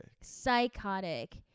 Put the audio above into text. psychotic